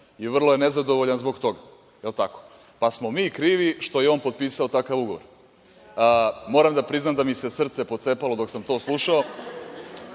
i vrlo je nezadovoljan zbog toga. Je li tako? Pa smo mi krivi što je on potpisao takav ugovor. Moram da priznam da mi se srce pocepalo dok sam to slušao.